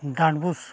ᱰᱟᱸᱰᱵᱳᱥ